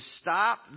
stop